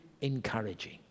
encouraging